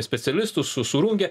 specialistus surungė